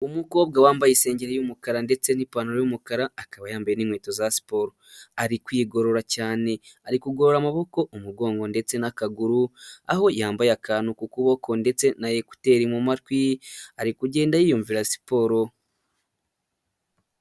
Umukobwa wambaye isengeri y'umukara ndetse n'ipantaro y'umukara akaba yambaye n'inkweto za siporo, ari kwigorora cyane ari kugorora amaboko umugongo ndetse n'akaguru aho yambaye akantu ku kuboko ndetse na ekuteri mu matwi ari kugenda yiyumvira siporo.